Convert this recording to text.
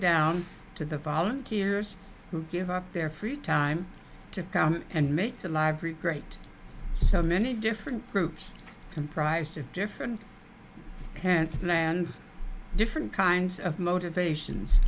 down to the volunteers who give up their free time to come and make the library great so many different groups comprised of different pen lands different kinds of motivat